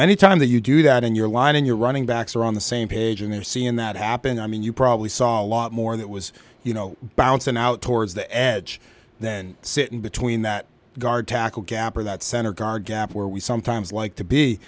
any time that you do that in your line and your running backs are on the same page and they're seeing that happen i mean you probably saw a lot more that was you know bouncing out towards the edge then sit in between that guard tackle gap or that center guard gap where we sometimes like to